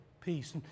peace